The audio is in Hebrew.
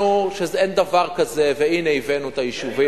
אפללו, כך עשו במענקים.